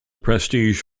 prestige